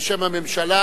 בשם הממשלה,